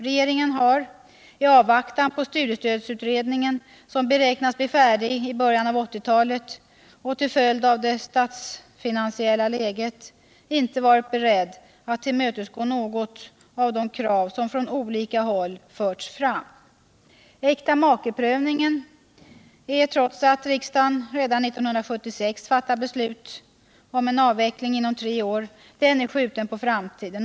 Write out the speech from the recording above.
Regeringen har i avvaktan på studiestödsutredningen, som beräknas bli färdig i början av 1980-talet, och till följd av det statsfinansiella läget inte varit beredd att tillmötesgå något av de krav som från olika håll förts fram. Äktamakeprövningen är, trots att riksdagen redan 1976 fattade beslut om avveckling inom tre år, skjuten på framtiden.